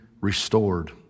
restored